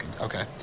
Okay